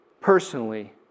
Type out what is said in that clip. personally